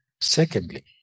Secondly